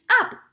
up